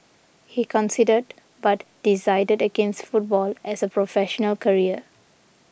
he considered but decided against football as a professional career